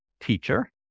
teacher